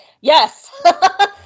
yes